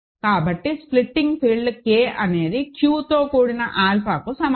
కాబట్టి splitting field K అనేది Q తో కూడిన ఆల్ఫాకి సమానం